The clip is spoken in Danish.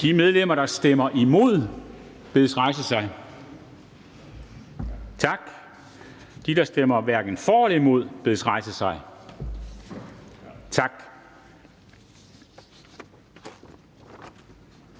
De, der stemmer imod, bedes rejse sig. Tak. De, der stemmer hverken for eller imod, bedes rejse sig. Tak.